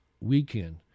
Weekend